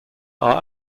are